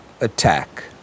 attack